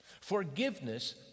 Forgiveness